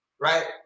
right